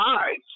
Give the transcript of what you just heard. eyes